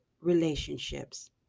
relationships